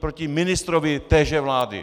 proti ministrovi téže vlády.